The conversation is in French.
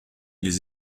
les